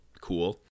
cool